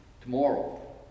tomorrow